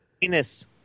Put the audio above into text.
Penis